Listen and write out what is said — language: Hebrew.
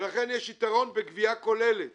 ולכן יש יתרון בגבייה כוללת